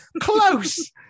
close